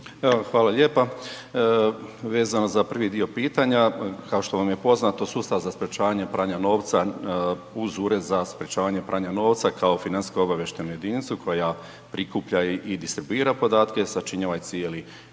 Hvala lijepa. Vezano za prvi dio pitanja, kao što vam je poznato sustav za sprečavanje pranja novca uz Ured za sprečavanje pranja novca kao financijsko obavještajnu … koja prikuplja i distribuira podatke sačinjava i cijeli